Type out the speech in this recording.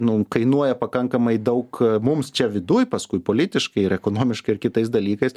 nu kainuoja pakankamai daug mums čia viduj paskui politiškai ir ekonomiškai ir kitais dalykais